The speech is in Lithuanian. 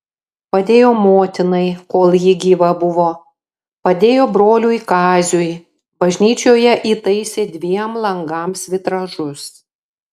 padėjo motinai kol ji gyva buvo padėjo broliui kaziui bažnyčioje įtaisė dviem langams vitražus